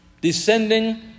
descending